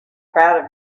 proud